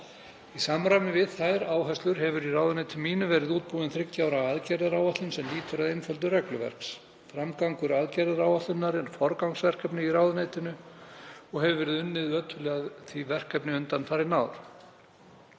Í samræmi við þær áherslur hefur í ráðuneyti mínu verið útbúin þriggja ára aðgerðaáætlun sem lýtur að einföldun regluverks. Framgangur aðgerðaáætlunarinnar er forgangsverkefni í ráðuneytinu og hefur verið unnið ötullega að því verkefni undanfarin ár.